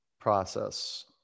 process